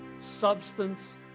substance